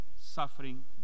suffering